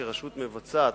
כרשות מבצעת,